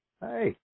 hey